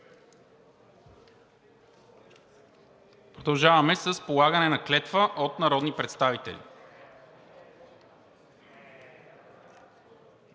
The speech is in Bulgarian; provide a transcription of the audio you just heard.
Продължаваме с полагане на клетва от народни представители.